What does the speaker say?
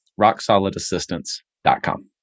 rocksolidassistance.com